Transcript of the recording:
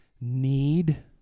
need